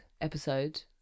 episode